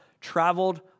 traveled